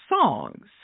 Songs